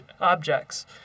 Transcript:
objects